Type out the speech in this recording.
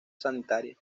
sanitaria